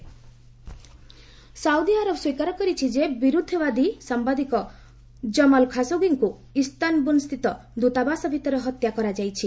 Saudi Khashoggi Saudi Arab ସ୍ୱୀକାର କରିଛି ଯେ ବିରୁଦ୍ଧବାଦୀ ସାମ୍ବାଦିକ କମାଲ ଖାସୋଗୀଙ୍କୁ ଇସ୍ତାନବୁନ୍ସ୍ଥିତ ଦୂତାବାସ ଭିତରେ ହତ୍ୟା କରାଯାଇଛି